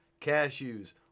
cashews